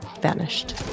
vanished